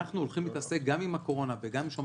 אנחנו הולכים להתעסק גם עם הקורונה וגם עם "שומר